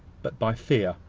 but by fear.